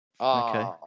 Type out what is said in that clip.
Okay